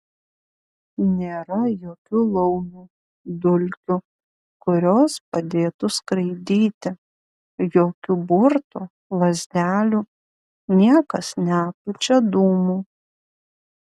nėra jokių laumių dulkių kurios padėtų skraidyti jokių burtų lazdelių niekas nepučia dūmų